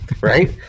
right